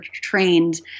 trained